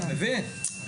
אתה מבין?